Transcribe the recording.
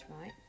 right